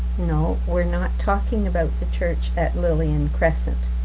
no, we're not talking about the church at lillian crescent,